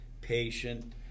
patient